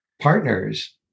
partners